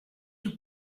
tout